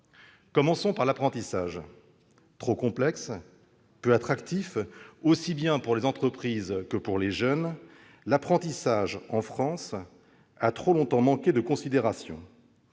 Commençons par l'apprentissage. Trop complexe, peu attractif, aussi bien pour les entreprises que pour les jeunes, l'apprentissage en France a trop longtemps manqué de considération.